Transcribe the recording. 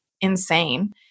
insane